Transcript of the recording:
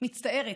מצטערת,